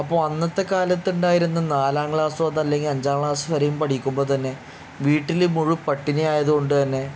അപ്പം അന്നത്തെ കാലത്ത് ഉണ്ടായിരുന്ന നാലാം ക്ലാസ്സോ അത് അല്ലെങ്കിൽ അഞ്ചാം ക്ലാസ് വരെയും പഠിക്കുമ്പോൾ തന്നെ വീട്ടിൽ മുഴു പട്ടിണി ആയത് കൊണ്ട് തന്നെ